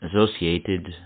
associated